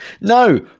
no